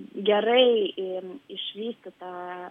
gerai išvystytą